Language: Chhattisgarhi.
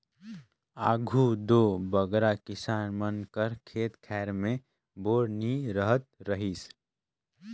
आघु दो बगरा किसान मन कर खेत खाएर मे बोर नी रहत रहिस